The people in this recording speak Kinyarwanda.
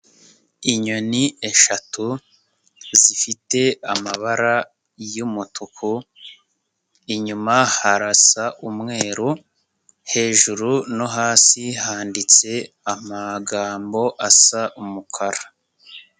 Inyoni eshatu zifite amabara y'umutuku inyuma harasa umweru, hejuru no hasi handitse amagambo asa umukara.